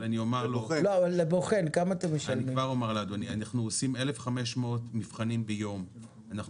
אנחנו עושים 1,500 מבחנים ביום,